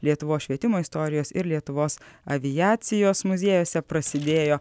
lietuvos švietimo istorijos ir lietuvos aviacijos muziejuose prasidėjo